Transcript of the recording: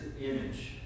Image